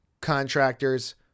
contractors